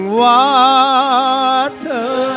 water